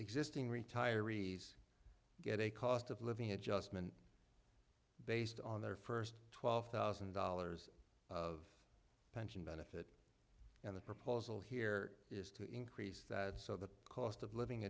existing retirees get a cost of living adjustment based on their first twelve thousand dollars of and the proposal here is to increase that so the cost of living